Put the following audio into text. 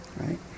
right